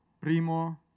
Primo